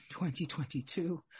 2022